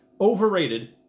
Overrated